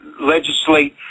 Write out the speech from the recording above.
legislate